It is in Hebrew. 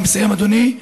אני מסיים, אדוני.